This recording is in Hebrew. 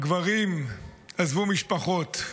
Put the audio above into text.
הגברים עזבו משפחות,